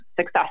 success